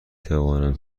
توانم